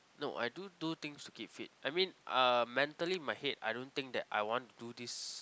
no I do do things to keep fit I mean uh mentally in my head I don't think that I want to do this